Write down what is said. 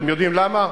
אתם יודעים למה?